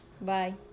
Bye